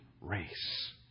race